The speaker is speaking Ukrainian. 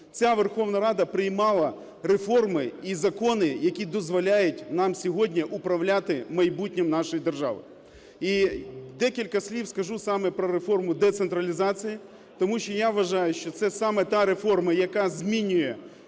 ця Верховна Рада приймала реформи і закони, які дозволяють нам сьогодні управляти майбутнім нашої держави. І декілька слів скажу саме про реформу децентралізації, тому що я вважаю, що це саме та реформа, яка змінює